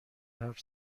حرف